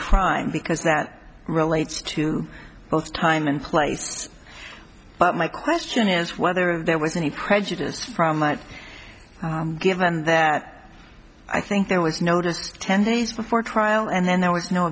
crime because that relates to both time and place but my question is whether there was any prejudice from my given that i think there was no just ten days before trial and then there was no